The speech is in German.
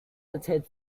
erzählt